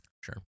Sure